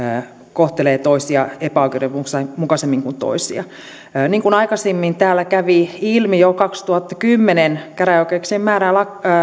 kohtelee toisia epäoikeudenmukaisemmin kuin toisia niin kuin aikaisemmin täällä kävi ilmi jo kaksituhattakymmenen käräjäoikeuksien määrää